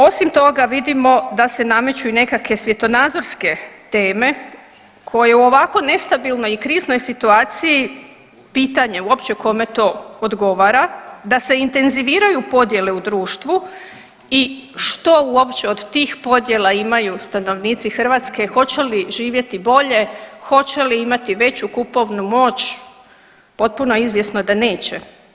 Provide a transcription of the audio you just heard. Osim toga vidimo da se nameću i nekakve svjetonazorske teme koje u ovako nestabilnoj i kriznoj situaciji pitanje je uopće kome to odgovara da se intenziviraju podjele u društvu i što uopće od tih podjela imaju stanovnici Hrvatske, hoće li živjeti bolje, hoće li imati veću kupovnu moć, potpuno je izvjesno da neće.